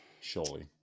Surely